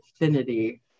infinity